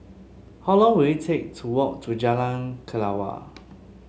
how long will it take to walk to Jalan Kelawar